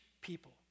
people